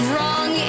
Wrong